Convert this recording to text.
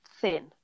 thin